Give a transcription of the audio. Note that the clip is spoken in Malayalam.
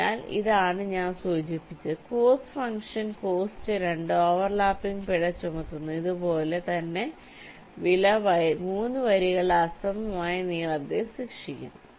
അതിനാൽ ഇതാണ് ഞാൻ സൂചിപ്പിച്ചത് കോസ്റ്റ് ഫംഗ്ഷൻ കോസ്റ്റ് 2 ഓവർലാപ്പിംഗിന് പിഴ ചുമത്തുന്നു അതുപോലെ തന്നെ വില 3 വരികളുടെ അസമമായ നീളത്തെ ശിക്ഷിക്കുന്നു